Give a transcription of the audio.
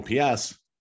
OPS